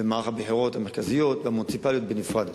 במערכות הבחירות המרכזית והמוניציפליות בנפרד.